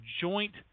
joint